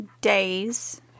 days